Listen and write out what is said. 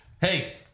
hey